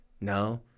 No